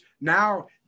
now